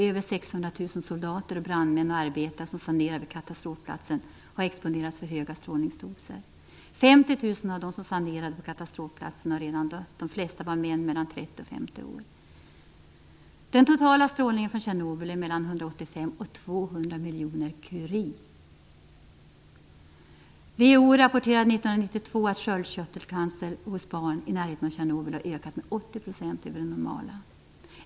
Över 600 000 soldater, brandmän och arbetare som sanerade vid katastrofplatsen har exponerats för höga strålningsdoser. 50 000 av dem som sanerade på katastrofplatsen har redan dött. De flesta var män mellan 30 och 50 år. Den totala strålningen från Tjernobyl är mellan att sköldkörtelcancer hos barn i närheten av Tjernobyl har ökat med 80 % över det normala.